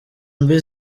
mbi